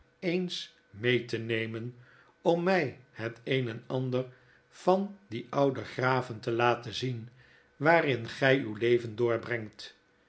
eens meete nemen om mij het een en ander van die oude graven te laten zien waarin gij uw leven doorbrengt